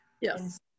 Yes